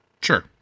Sure